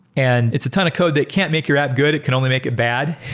and it's a ton of code that can't make your app good. it can only make it bad.